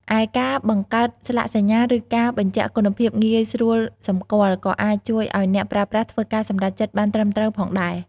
ឯការបង្កើតស្លាកសញ្ញា ឬការបញ្ជាក់គុណភាពងាយស្រួលសម្គាល់ ក៏អាចជួយឱ្យអ្នកប្រើប្រាស់ធ្វើការសម្រេចចិត្តបានត្រឹមត្រូវផងដែរ។